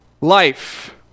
life